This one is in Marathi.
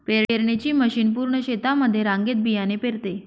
पेरणीची मशीन पूर्ण शेतामध्ये रांगेत बियाणे पेरते